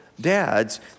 dads